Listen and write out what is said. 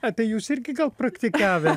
ai tai jūs irgi gal praktikavę